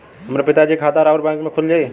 हमरे पिता जी के खाता राउर बैंक में खुल जाई?